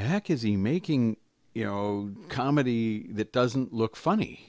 heck is he making you know a comedy that doesn't look funny